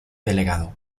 delegado